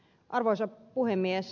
arvoisa puhemies